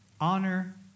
Honor